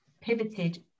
pivoted